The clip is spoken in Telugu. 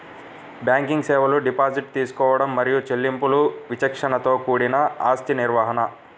బ్యాంకింగ్ సేవలు డిపాజిట్ తీసుకోవడం మరియు చెల్లింపులు విచక్షణతో కూడిన ఆస్తి నిర్వహణ,